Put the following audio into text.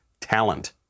talent